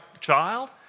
child